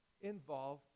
involve